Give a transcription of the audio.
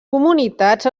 comunitats